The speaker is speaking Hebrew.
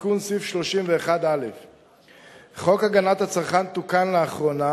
תיקון סעיף 31א. חוק הגנת הצרכן תוקן לאחרונה,